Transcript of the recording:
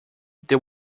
they